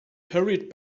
hurried